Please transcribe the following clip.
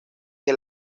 que